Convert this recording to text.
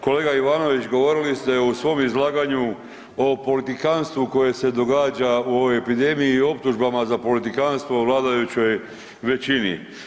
Kolega Ivanović, govorili ste u svom izlaganju o politikanstvu koje se događa u ovoj epidemiji i optužbama za politikanstvo u vladajućoj većini.